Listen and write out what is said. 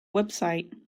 website